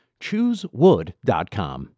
choosewood.com